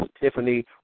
Tiffany